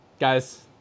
Guys